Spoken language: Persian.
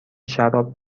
شراب